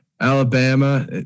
Alabama